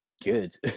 good